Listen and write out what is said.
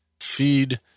feed